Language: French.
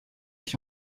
qui